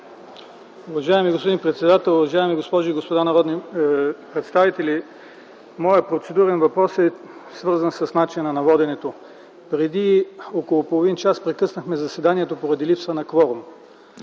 Уважаеми господин председател, уважаеми госпожи и господа народни представители! Моят процедурен въпрос е свързан с начина на воденето. Преди около половин час прекъснахме заседанието поради липса на кворум.